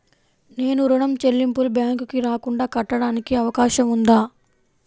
నేను ఋణం చెల్లింపులు బ్యాంకుకి రాకుండా కట్టడానికి అవకాశం ఉందా?